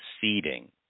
seeding